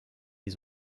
les